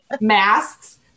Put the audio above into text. masks